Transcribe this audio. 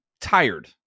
tired